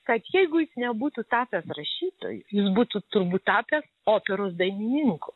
kad jeigu jis nebūtų tapęs rašytoju jis būtų turbūt tapęs operos dainininku